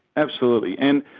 absolutely, and,